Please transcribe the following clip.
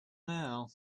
now